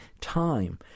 time